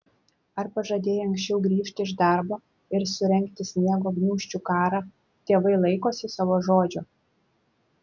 ar pažadėję anksčiau grįžti iš darbo ir surengti sniego gniūžčių karą tėvai laikosi savo žodžio